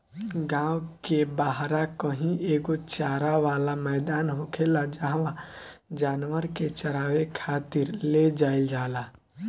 गांव के बाहरा कही एगो चारा वाला मैदान होखेला जाहवा जानवर के चारावे खातिर ले जाईल जाला